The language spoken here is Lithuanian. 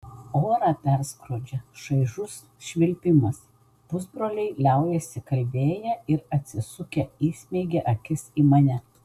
orą perskrodžia šaižus švilpimas pusbroliai liaujasi kalbėję ir atsisukę įsmeigia akis į mane